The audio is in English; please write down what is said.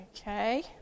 Okay